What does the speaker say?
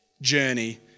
journey